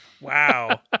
Wow